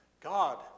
God